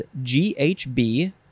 GHB